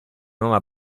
nuova